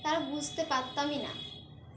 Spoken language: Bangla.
তার বুঝতে পারতামই না